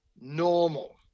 normal